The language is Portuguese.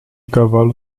cavalo